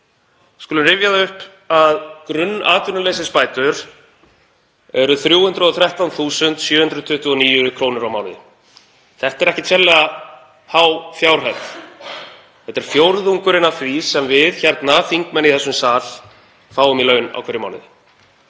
skulum rifja það upp að grunnatvinnuleysisbætur eru 313.729 kr. á mánuði. Það er ekkert sérlega há fjárhæð. Þetta er fjórðungurinn af því sem við, þingmenn í þessum sal, fáum í laun á hverjum mánuði.